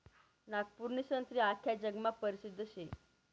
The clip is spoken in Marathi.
नागपूरनी संत्री आख्खा जगमा परसिद्ध शे